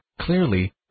Clearly